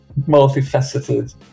Multifaceted